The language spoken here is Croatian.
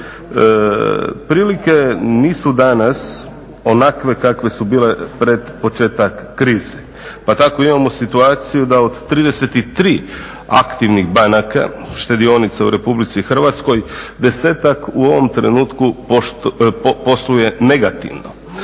Prilike nisu danas onakve kakve su bile pred početak krize, pa tako imamo situaciju da od 33 aktivnih banaka štedionica u RH, desetak u ovom trenutku posluje negativno.